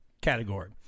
category